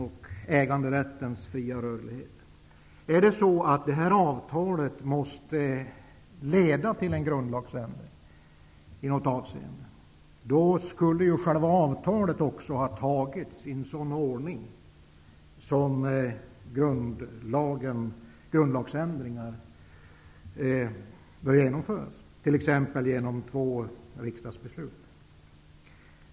Om avtalet måste leda till grundlagsändring i något avseende, skulle själva avtalet också ha antagits på samma sätt som grundlagsändringar antas, t.ex.